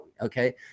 okay